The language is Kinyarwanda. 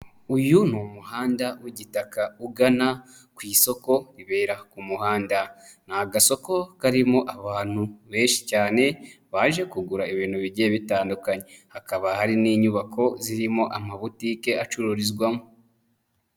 Uyu ni umuhanda w'igitaka ugana ku isoko ribera ku muhanda. Ni agasoko karimo abantu benshi cyane baje kugura ibintu bigiye bitandukanye. Hakaba hari n'inyubako zirimo amabutike acururizwamo.